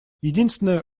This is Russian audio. единственное